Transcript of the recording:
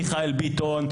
מיכאל ביטון,